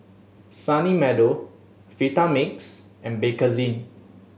Sunny Meadow Vitamix and Bakerzin